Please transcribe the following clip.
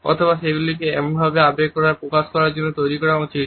অথবা সেগুলিকে এমনভাবে আবেগ প্রকাশ করার জন্য তৈরি করা উচিত